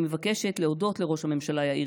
ואני מבקשת להודות לראש הממשלה יאיר